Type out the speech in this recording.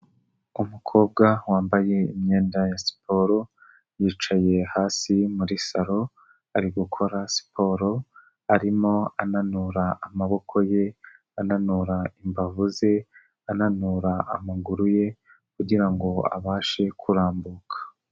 Umukobwa wambaye imyenda ya siporo, yicaye hasi muri saro ari gukora siporo, arimo ananura amaboko ye, ananura imbavu ze, ananura amaguru ye kugira ngo abashe kurambuka.